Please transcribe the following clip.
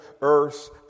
earth